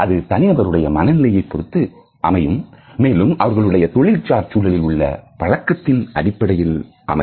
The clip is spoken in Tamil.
அது தனி நபருடைய மனநிலையை பொறுத்து அமையும் மேலும் அவர்களுடைய தொழில்சார் சூழலில் உள்ள பழக்கத்தின் அடிப்படையில் அமையும்